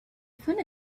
found